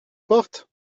porte